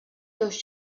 dos